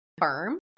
firm